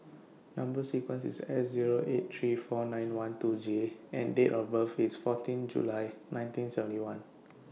Number sequence IS S Zero eight three four nine one two J and Date of birth IS fourteen July nineteen seventy one